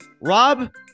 Rob